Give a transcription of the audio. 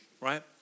Right